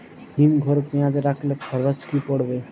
হিম ঘরে পেঁয়াজ রাখলে খরচ কি পড়বে?